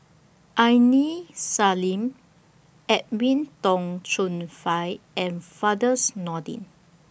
Aini Salim Edwin Tong Chun Fai and Firdaus Nordin